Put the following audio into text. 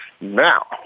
now